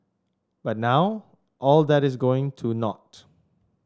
but now all that is going to naught